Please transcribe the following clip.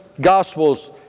gospels